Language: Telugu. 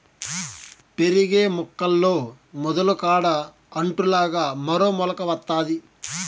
పెరిగే మొక్కల్లో మొదలు కాడ అంటు లాగా మరో మొలక వత్తాది